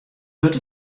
wurdt